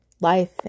life